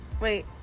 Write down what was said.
wait